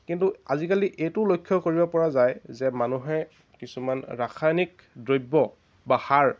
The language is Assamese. কিন্তু আজিকালি এইটো লক্ষ্য কৰিব পৰা যায় যে মানুহে কিছুমান ৰাসায়নিক দ্ৰব্য বা সাৰ